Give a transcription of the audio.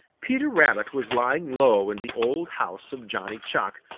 peter rabbit was lying low in the old house of johnny chuck,